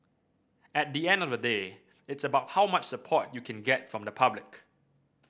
at the end of the day it's about how much support you can get from the public